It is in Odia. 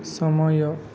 ସମୟ